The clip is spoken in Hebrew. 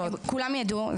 כולם ידעו.